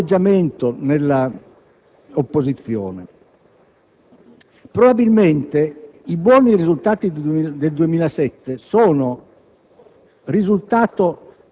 poi un curioso atteggiamento nell'opposizione. Probabilmente i buoni risultati del 2007 sono